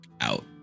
Out